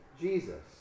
Jesus